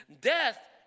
Death